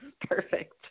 perfect